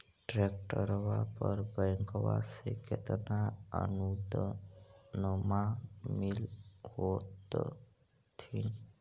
ट्रैक्टरबा पर बैंकबा से कितना अनुदन्मा मिल होत्थिन?